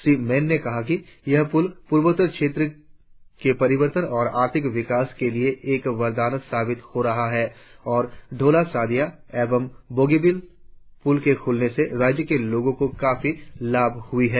श्री मैन ने कहा कि यह पुल पूर्वोत्तर क्षेत्र के परिवर्तन और आर्थिक विकास के लिए एक वरदान साबित हो रहा है और ढोला सादिया और बोगीबिल पुल के खुलने से राज्य के लोगों को काफी लाभ हुई है